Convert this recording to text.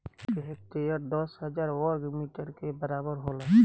एक हेक्टेयर दस हजार वर्ग मीटर के बराबर होला